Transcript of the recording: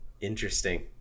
interesting